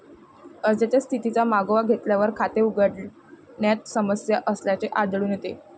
अर्जाच्या स्थितीचा मागोवा घेतल्यावर, खाते उघडण्यात समस्या असल्याचे आढळून येते